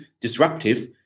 disruptive